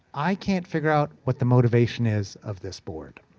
i can't figure out what the motivation is of this board.